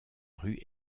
rue